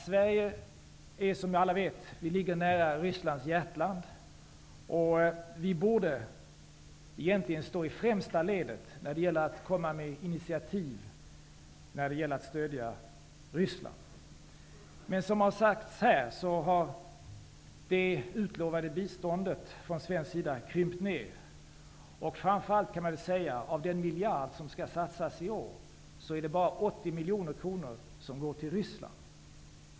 Sverige ligger, som alla vet, nära Rysslands hjärtland, och vi borde egentligen stå i främsta ledet när det gäller att komma med initiativ för att stödja Ryssland. Men som har sagts här, har det utlovade biståndet från svensk sida krympts ner. Av den miljard som skall satsas i år är det bara 80 miljoner kronor som går till Ryssland.